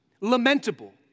Lamentable